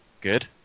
good